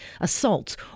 assaults